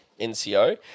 NCO